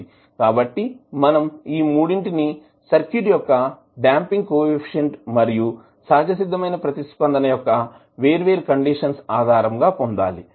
కాబట్టి మనం ఈ మూడింటిని సర్క్యూట్ యొక్క డాంపింగ్ కోఎఫీసియంట్ మరియు సహజసిద్దమైన ప్రతిస్పందన యొక్క వేర్వేరు కండిషన్స్ ఆధారంగా పొందాలి